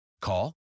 Call